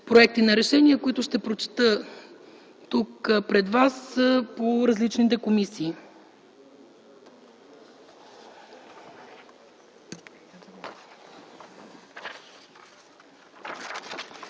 проекти на решения, които ще прочета тук пред Вас по различните комисии.